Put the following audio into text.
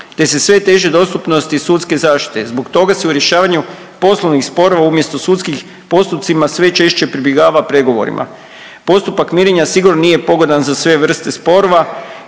te su sve teže dostupnosti sudske zaštite. Zbog toga se u rješavanju poslovnih sporova umjesto sudskih postupcima sve češće pribjegava pregovorima. Postupak mirenja sigurno nije pogodan za sve vrste sporova.